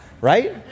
Right